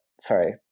sorry